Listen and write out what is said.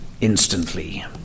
instantly